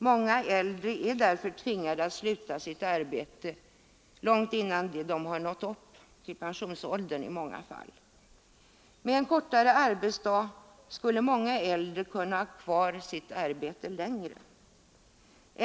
Många äldre är därför tvingade att sluta sitt arbete långt innan de nått upp till pensionsåldern. Med en kortare arbetsdag skulle många äldre kunna ha kvar sitt arbete längre.